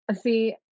See